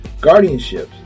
guardianships